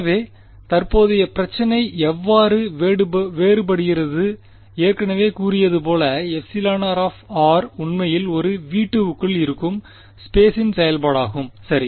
எனவே தற்போதைய பிரச்சினை எவ்வாறு வேறுபடுகிறதுநான் ஏற்கனவே கூறியது போல r உண்மையில் ஒரு V2 க்குள் இருக்கும் ஸ்பேஸின் செயல்பாடாகும் சரி